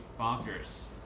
bonkers